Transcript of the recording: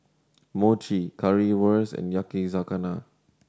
Mochi Currywurst and Yakizakana